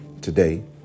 today